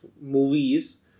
movies